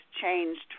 changed